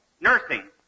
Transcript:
Nursing